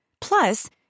Plus